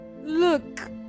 look